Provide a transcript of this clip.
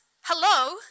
hello